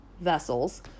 vessels